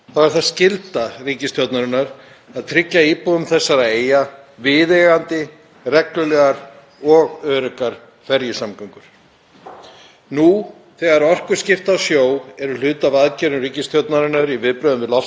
Nú þegar orkuskipti á sjó eru hluti af aðgerðum ríkisstjórnarinnar í viðbrögðum við loftslagsvá skapast kjörið tækifæri til þess að endurnýja eða endurbæta þær ferjur sem í dag sigla á þessum leiðum